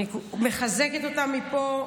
אני מחזקת אותם מפה.